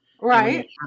right